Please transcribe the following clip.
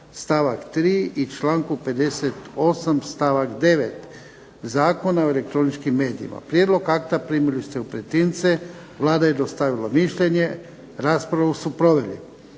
stavak 3. i čl. 58. stavak 9. Zakona o elektroničkim medijima. Prijedlog akta primili ste u pretince. Vlada je dostavila mišljenje. Raspravu su proveli